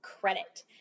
credit